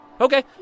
okay